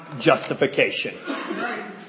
justification